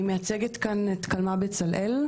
אני מייצגת כאן את קלמ"ה בצלאל.